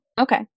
okay